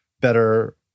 better